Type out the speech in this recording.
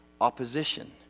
opposition